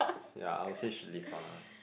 ya I will say she leave ah